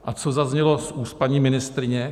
A co zaznělo z úst paní ministryně?